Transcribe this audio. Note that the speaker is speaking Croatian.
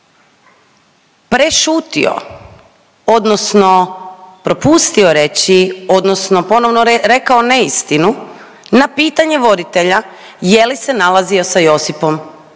prešutio, odnosno propustio reći, odnosno ponovno rekao neistinu na pitanje voditelja je li se nalazio sa Josipom